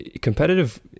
competitive